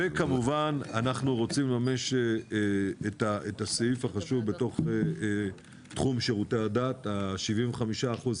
וכמובן אנחנו רוצים לממש את הסעיף החשוב בתחום שירותי הדת,25%-75%,